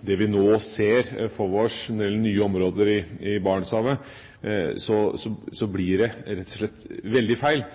det vi nå ser for oss på en del nye områder i Barentshavet, blir det rett og slett veldig feil